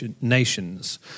nations